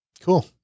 Cool